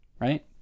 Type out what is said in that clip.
right